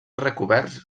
recoberts